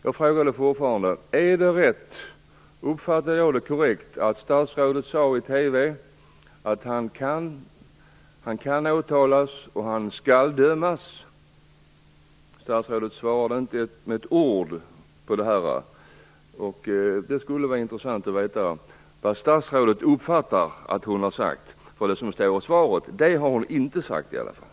Jag frågar fortfarande om jag uppfattade det statsrådet sade i TV korrekt, dvs. att han kan åtalas och skall dömas. Statsrådet svarade inte på det med ett enda ord. Det skulle vara intressant att veta vad statsrådet anser att hon har sagt. Det som står i svaret har hon i alla fall inte sagt.